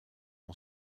mon